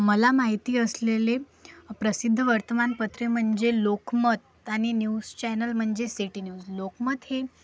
मला माहिती असलेले प्रसिद्ध वर्तमानपत्रे म्हणजे लोकमत आणि न्यूज चॅनल म्हणजे सिटी न्यूज लोकमत हे